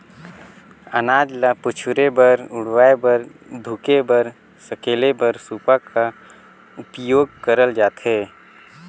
अनाज ल पछुरे बर, उड़वाए बर, धुके बर, सकेले बर सूपा का उपियोग करल जाथे